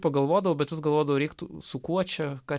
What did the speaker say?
pagalvodavau bet vis galvodavau reiktų su kuo čia ką